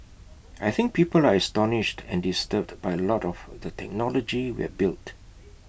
I think people are astonished and disturbed by A lot of the technology we have built